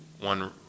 one